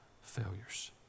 failures